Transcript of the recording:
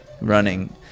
running